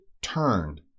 turned